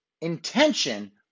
intention